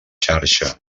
xarxa